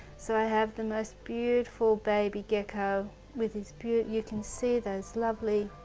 so i have the most beautiful baby gecko with his, you can see those lovely,